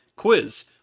quiz